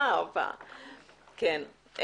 כן.